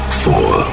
four